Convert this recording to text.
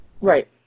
Right